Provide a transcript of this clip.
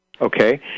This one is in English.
Okay